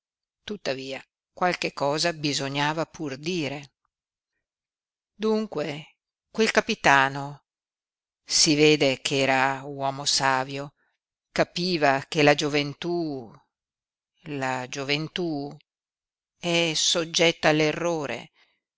tuttavia qualche cosa bisognava pur dire dunque quel capitano si vede che era uomo savio capiva che la gioventú la gioventú è soggetta